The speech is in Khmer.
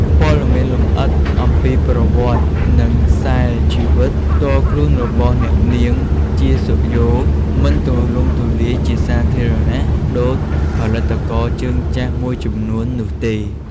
ព័ត៌មានលម្អិតអំពីប្រវត្តិ និងខ្សែជីវិតផ្ទាល់ខ្លួនរបស់អ្នកនាង ជា សុខយ៉ូ មិនទូលំទូលាយជាសាធារណៈដូចផលិតករជើងចាស់មួយចំនួននោះទេ។